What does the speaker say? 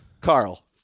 Carl